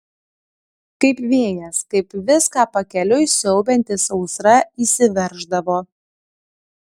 kaip vėjas kaip viską pakeliui siaubianti sausra įsiverždavo